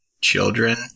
children